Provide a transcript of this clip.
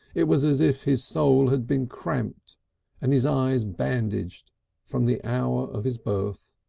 it was as if his soul had been cramped and his eyes bandaged from the hour of his birth.